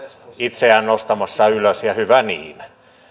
itseään nostamassa ylös ja hyvä niin